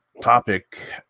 topic